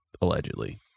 allegedly